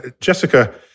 Jessica